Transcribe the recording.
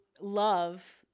love